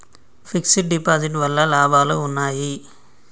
Fix డ్ deposit వల్ల లాభాలు ఉన్నాయి?